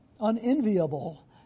unenviable